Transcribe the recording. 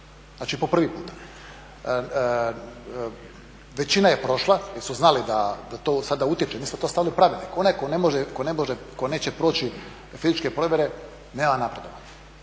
po prvi puta. Većina je prošla jer su znali da to sada utječe mi smo to stavili u pravilnik, onaj tko neće proći fizičke provjere nema … nema